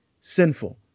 sinful